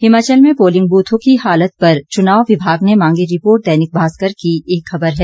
हिमाचल में पोलिंग बूथों की हालत पर चुनाव विभाग ने मांगी रिपोर्ट दैनिक भास्कर की एक खबर है